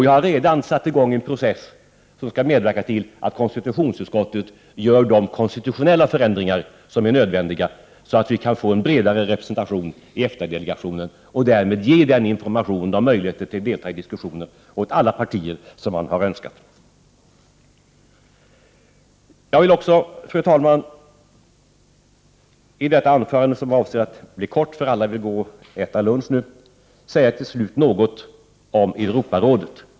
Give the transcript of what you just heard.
Jag har redan satt i gång en process som skall leda till att konstitutionsutskottet gör de konstitutionella förändringar som är nödvändiga, så att vi kan få en bredare representation i EFTA-delegationen och därmed ge information och möjlighet att delta i diskussionen åt alla partier, så som man har önskat. Fru talman! Jag vill i detta anförande, som var avsett att bli kort, för alla vill äta lunch nu, till slut också säga något om Europarådet.